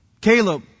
Caleb